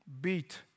beat